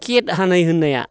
cake हानाय होननाया